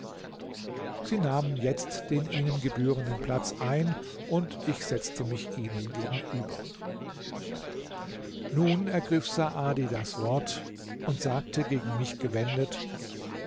sie nahmen jetzt den ihnen gebührenden platz ein und ich setzte mich ihnen gegenüber nun ergriff saadi das wort und sagte gegen mich gewendet